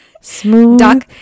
smooth